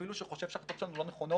אפילו שהוא חושב שההחלטות שלנו לא נכונות,